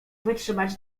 wytrzymać